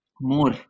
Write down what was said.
more